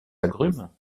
agrumes